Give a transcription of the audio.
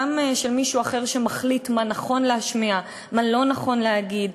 גם לא של מישהו אחר שמחליט מה נכון להשמיע ומה לא נכון להגיד,